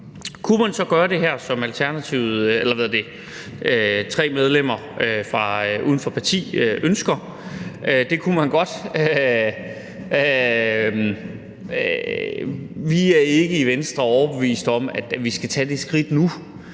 Kunne man så gøre det her, som tre medlemmer uden for partierne ønsker? Det kunne man godt, men vi i Venstre er ikke overbevist om, at vi skal tage det skridt nu.